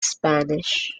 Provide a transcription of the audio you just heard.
spanish